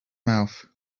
mouth